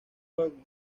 pueblo